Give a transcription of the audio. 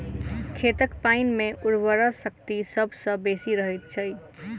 खेतक पाइन मे उर्वरा शक्ति सभ सॅ बेसी रहैत अछि